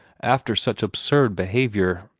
after such absurd behavior.